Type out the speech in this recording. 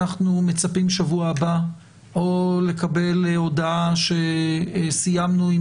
אנחנו מצפים שבוע הבא או לקבל הודעה שסיימנו עם